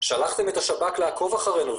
שלחתם את השב"כ לעקוב אחרינו,